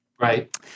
Right